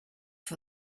for